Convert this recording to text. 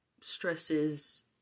stresses